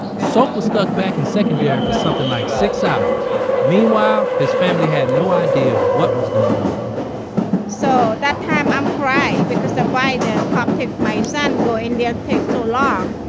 sok was stuck back in secondary for something like six hours meanwhile, his family had no idea what was going on so that time i'm crying because of why the cop take my son go in there takes so long.